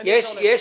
ליושב-ראש.